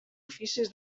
oficis